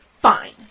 Fine